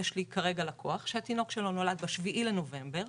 יש לי כרגע לקוח שהתינוק שלו נולד ב-7 בנובמבר,